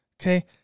Okay